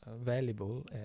valuable